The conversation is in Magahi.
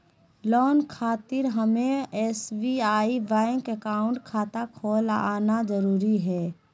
लोन खातिर हमें एसबीआई बैंक अकाउंट खाता खोल आना जरूरी है?